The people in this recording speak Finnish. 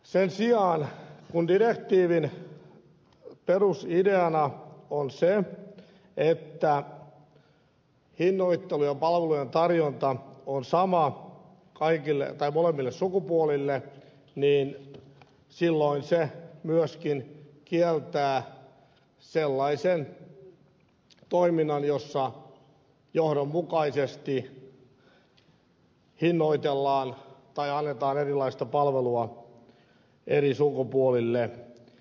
sen sijaan kun direktiivin perusideana on se että hinnoittelu ja palvelujen tarjonta on sama molemmille sukupuolille niin silloin se myöskin kieltää sellaisen toiminnan jossa johdonmukaisesti hinnoitellaan tai annetaan erilaista palvelua eri sukupuolille